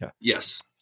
Yes